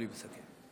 מסכם.